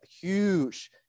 huge